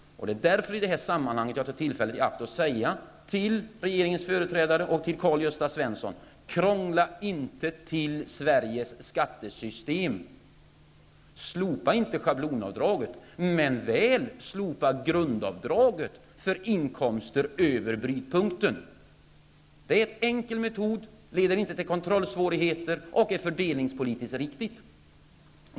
Det är därför som jag nu tar tillfället i akt och säger till regeringens företrädare och Karl-Gösta Svenson: Krångla inte till Sveriges skattesystem. Slopa inte schablonavdraget, men väl grundavdraget för inkomster över brytpunkten. Det är en enkel metod, leder inte till kontrollsvårigheter och är fördelningspolitiskt riktig.